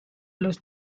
los